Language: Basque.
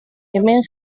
hemen